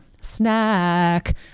snack